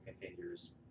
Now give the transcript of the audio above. figures